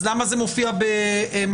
למה זה מופיע ב-220ב?